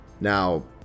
Now